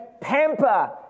pamper